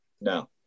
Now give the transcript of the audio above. no